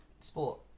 sport